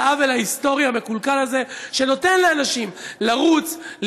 העוול ההיסטורי המקולקל הזה שנותן לאנשים לרוץ,